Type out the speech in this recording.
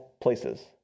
places